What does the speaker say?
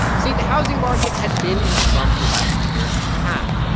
see, the housing market had been in a slump for about a year and a half.